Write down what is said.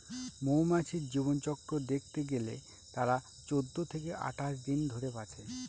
মৌমাছির জীবনচক্র দেখতে গেলে তারা চৌদ্দ থেকে আঠাশ দিন ধরে বাঁচে